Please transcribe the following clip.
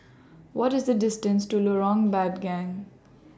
What IS The distance to Lorong Bandang